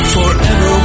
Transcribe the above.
Forever